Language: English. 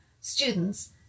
students